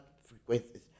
frequencies